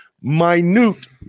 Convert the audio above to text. minute